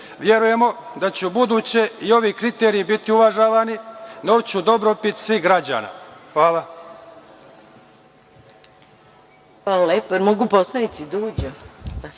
Verujemo da će ubuduće i ovi kriterijumi biti uvažavani, na dobrobit svih građana. Hvala.